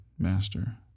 master